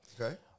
Okay